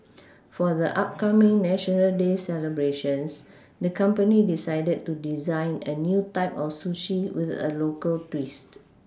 for the upcoming national day celebrations the company decided to design a new type of sushi with a local twist